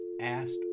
asked